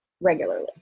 regularly